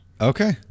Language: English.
Okay